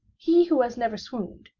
he who has never swooned,